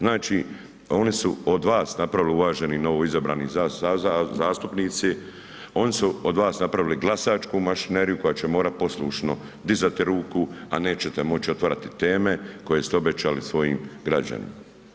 Znači, oni su od vas napravili uvaženi novoizabrani zastupnici, oni su od vas napravili glasačku mašineriju koja će morat poslušno dizat ruku, a nećete moći otvarati teme koje ste obećali svojim građanima.